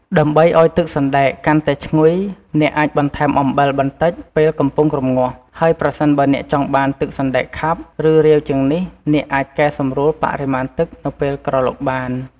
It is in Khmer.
ដើម្បីឱ្យទឹកសណ្ដែកកាន់តែឈ្ងុយ អ្នកអាចបន្ថែមអំបិលបន្តិចពេលកំពុងរំងាស់ ហើយប្រសិនបើអ្នកចង់បានទឹកសណ្ដែកខាប់ ឬរាវជាងនេះ អ្នកអាចកែសម្រួលបរិមាណទឹកនៅពេលក្រឡុកបាន។